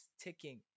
ticking